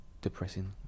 depressing